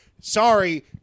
sorry